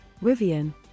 Rivian